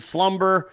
Slumber